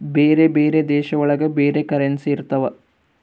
ಬೇರೆ ಬೇರೆ ದೇಶ ಒಳಗ ಬೇರೆ ಕರೆನ್ಸಿ ಇರ್ತವ